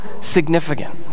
significant